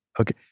Okay